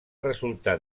resultar